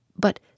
But